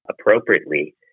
appropriately